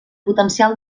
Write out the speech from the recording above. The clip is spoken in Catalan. potencial